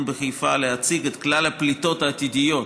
בחיפה להציג את כלל הפליטות העתידיות,